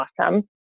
awesome